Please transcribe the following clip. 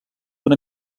una